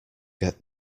get